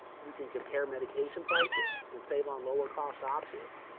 you can compare medication prices and save on lower cost options,